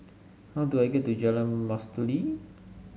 how do I get to Jalan Mastuli